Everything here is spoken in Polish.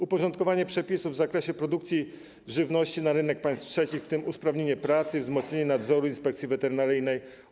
Uporządkowanie przepisów w zakresie produkcji żywności na rynek państw trzecich, w tym usprawnienie pracy i wzmocnienie nadzoru Inspekcji Weterynaryjnej.